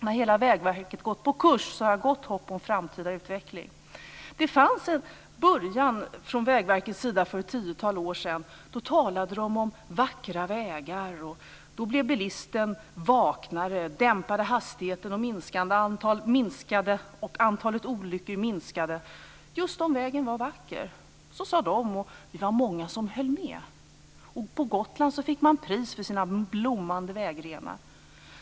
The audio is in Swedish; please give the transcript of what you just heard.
När hela Vägverket gått på kurs har jag gott hopp om framtida utveckling. Man började på ett annat sätt från Vägverkets sida för ett tiotal år sedan. Då talade de om vackra vägar. Då blev bilisten vaknare och dämpade hastigheten, och antalet olyckor minskade just om vägen var vacker. Så sade de, och det var många som höll med. På Gotland fick man pris för sina blommande vägrenar.